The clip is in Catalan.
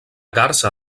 garsa